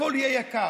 הכול יהיה יקר,